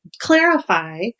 clarify